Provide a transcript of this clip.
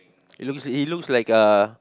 it looks it looks like a